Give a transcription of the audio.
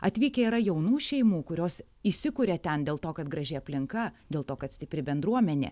atvykę yra jaunų šeimų kurios įsikuria ten dėl to kad graži aplinka dėl to kad stipri bendruomenė